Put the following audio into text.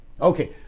Okay